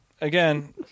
again